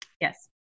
Yes